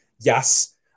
yes